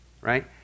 right